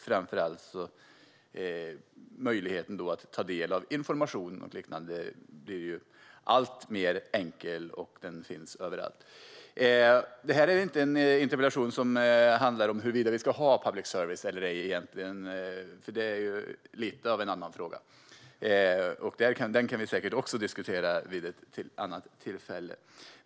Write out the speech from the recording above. Framför allt finns möjligheten att ta del av information överallt. Det här är inte en interpellationsdebatt om huruvida vi ska ha public service eller ej, för det är lite av en annan fråga som vi säkert kan diskutera vid ett annat tillfälle.